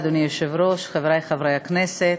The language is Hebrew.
אדוני היושב-ראש, תודה, חברי חברי הכנסת,